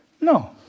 No